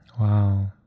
Wow